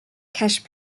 cash